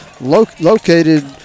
located